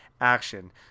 action